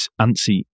antsy